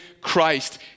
Christ